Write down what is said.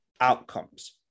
outcomes